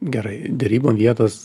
gerai derybom vietos